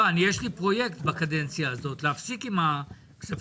יש לי פרויקט בקדנציה הזאת להפסיק עם הכספים